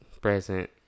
present